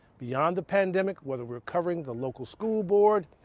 beyond the pandemic, whether we're covering the local school board,